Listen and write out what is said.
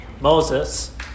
Moses